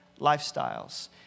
lifestyles